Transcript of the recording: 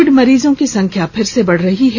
Covid मरीजों की संख्या फिर से बढ़ रही है